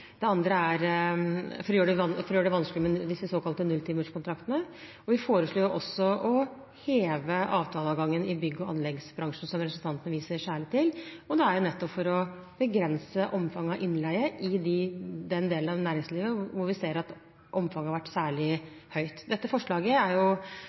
for å gjøre det vanskelig med disse såkalte nulltimerskontraktene. Vi foreslo også å heve avtaleadgangen i bygg- og anleggsbransjen, som representanten særlig viser til, nettopp for å begrense omfanget av innleie i den delen av næringslivet, hvor vi ser at omfanget har vært